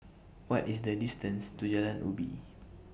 What IS The distance to Jalan Uji